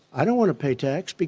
i don't want to pay tax. but